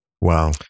wow